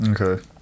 okay